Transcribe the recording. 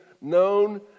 known